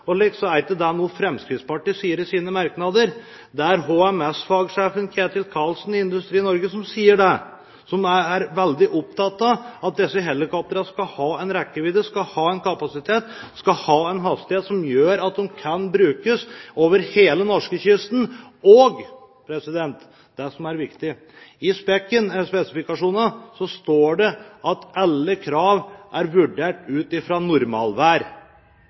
og 20 nødstedte og slikt, er ikke det noe som Fremskrittspartiet sier i sine merknader. Det er HMS-fagsjef Kjetil Karlsen i Industri Energi som sier det, og som er veldig opptatt av at disse helikoptrene skal ha en rekkevidde, en kapasitet og en hastighet som gjør at de kan brukes over hele norskekysten. Det som også er viktig, er at det i spesifikasjonen står at alle krav er vurdert ut fra normalvær. Normalvær? Hvor mange oppdrag utfører redningstjenesten i normalvær?